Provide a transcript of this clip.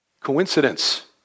coincidence